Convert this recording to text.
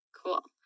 cool